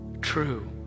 true